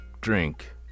drink